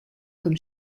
comme